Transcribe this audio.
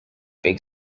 big